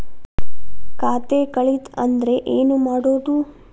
ಖಾತೆ ಕಳಿತ ಅಂದ್ರೆ ಏನು ಮಾಡೋದು?